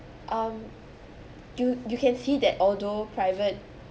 um you you can see that although private